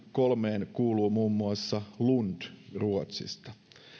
kolmeen kuuluu muun muassa lund ruotsista